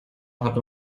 hat